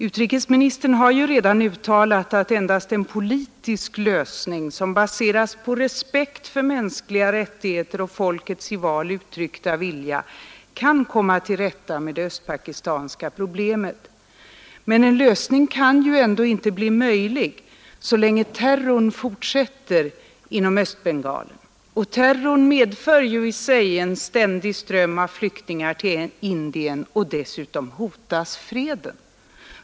Utrikesministern har ju redan uttalat att endast en politisk lösning som baseras på respekt för mänskliga rättigheter och folkets i val uttryckta vilja kan komma till rätta med det östpakistanska problemet. Men en lösning kan ju ändå inte bli möjlig så länge terrorn fortsätter inom Östbengalen, och terrorn medför i sig en ständig ström av flyktingar till Indien. Och dessutom hotas freden.